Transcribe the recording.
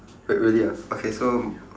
wait really ah okay so